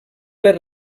les